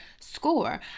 score